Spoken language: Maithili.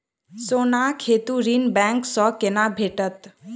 सोनाक हेतु ऋण बैंक सँ केना भेटत?